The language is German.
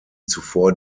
zuvor